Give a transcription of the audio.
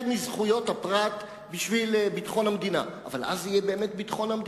אותם, אבל גם אז אפשר לתקן, באומץ ציבורי